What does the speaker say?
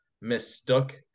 mistook